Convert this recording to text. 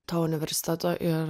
to universiteto ir